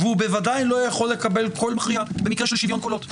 והוא בוודאי לא יכול לקבל קול מכריע במקרה של שוויון קולות.